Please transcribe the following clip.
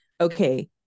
okay